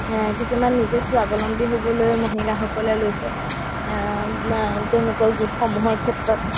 কিছুমান নিজে স্বাৱলম্বী হ'বলৈও মহিলাসকলে লৈছে তেওঁলোকৰ গোটসমূহৰ ক্ষেত্ৰত